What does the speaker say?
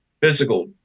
physical